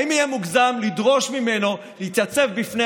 האם יהיה מוגזם לדרוש ממנו להתייצב בפני